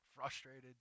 Frustrated